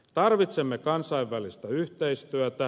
tarvitsemme kansainvälistä yhteistyötä